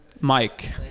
Mike